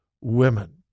women